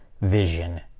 vision